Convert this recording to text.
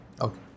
Okay